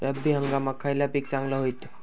रब्बी हंगामाक खयला पीक चांगला होईत?